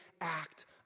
act